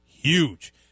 huge